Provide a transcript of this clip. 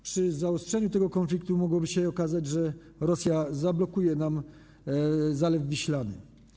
Przy zaostrzeniu tego konfliktu mogłoby się okazać, że Rosja zablokuje nam Zalew Wiślany.